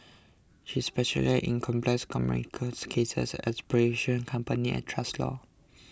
she specialises in complex commercial cases as arbitration company and trust law